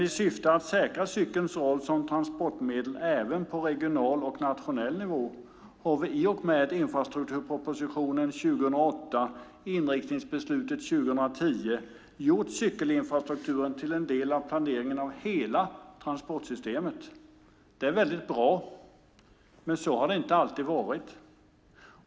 I syfte att säkra cykelns roll som transportmedel även på regional och nationell nivå har vi i och med infrastrukturpropositionen 2008 och inriktningsbeslutet 2010 gjort cykelinfrastrukturen till en del av planeringen av hela transportsystemet. Det är väldigt bra, men så har det inte alltid varit.